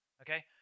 okay